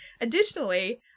Additionally